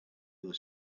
other